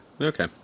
Okay